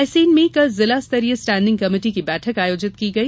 रायसेन में कल जिला स्तरीय स्टेण्डिंग कमेटी की बैठक आयोजित की गई